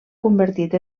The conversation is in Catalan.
convertit